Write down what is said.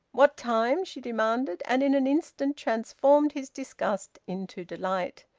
what time? she demanded, and in an instant transformed his disgust into delight.